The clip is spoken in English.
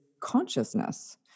consciousness